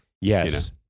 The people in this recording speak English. Yes